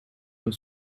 was